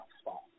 spot